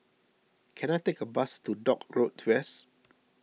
can I take a bus to Dock Road West